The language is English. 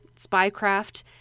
spycraft